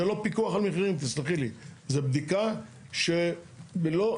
זה לא פיקוח על מחירים, תסלחי לי.